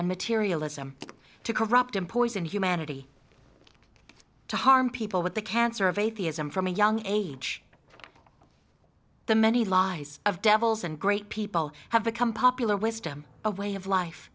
and materialism to corrupt and poisoned humanity to harm people with the cancer of atheism from a young age the many lies of devils and great people have become popular wisdom a way of life